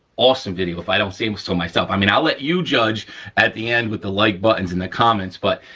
awesome video if i don't say um so myself, i mean i'll let you judge at the end with the like buttons and the comments but,